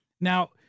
Now